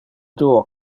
duo